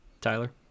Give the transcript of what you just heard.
Tyler